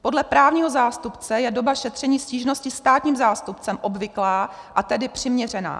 Podle právního zástupce je doba šetření stížnosti státním zástupcem obvyklá, a tedy přiměřená.